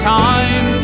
time